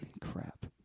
Crap